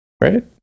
right